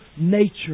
nature